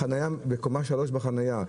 בקומה 3 בחניה,